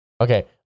Okay